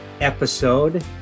episode